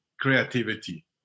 creativity